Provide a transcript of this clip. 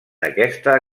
aquesta